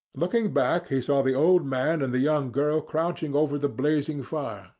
looking back he saw the old man and the young girl crouching over the blazing fire,